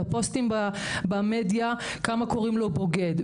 את הפוסטים במדיה שקוראים לו בוגד.